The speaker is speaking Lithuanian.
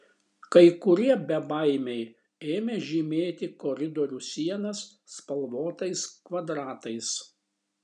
kai kurie bebaimiai ėmė žymėti koridorių sienas spalvotais kvadratais